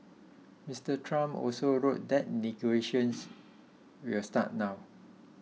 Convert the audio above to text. Mr Trump also wrote that negotiations will start now